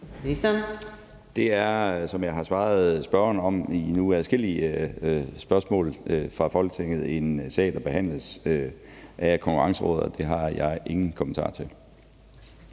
Det er, som jeg har svaret spørgeren i nu adskillige spørgsmål i Folketinget, en sag, der behandles af Konkurrencerådet, og det har jeg ingen kommentarer til.